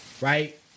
right